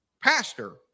pastor